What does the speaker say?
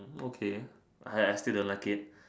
okay I I still don't like it